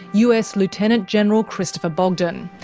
us lieutenant general christopher bogdan.